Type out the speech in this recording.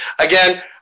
Again